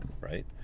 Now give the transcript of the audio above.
right